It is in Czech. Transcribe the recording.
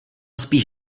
spíš